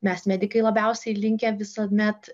mes medikai labiausiai linkę visuomet